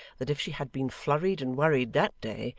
that if she had been flurried and worried that day,